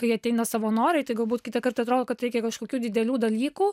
kai ateina savanoriai tai galbūt kitąkart atrodo kad reikia kažkokių didelių dalykų